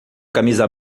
camisa